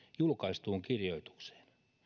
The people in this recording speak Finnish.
julkaistuun kirjoitukseen